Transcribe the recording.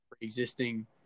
existing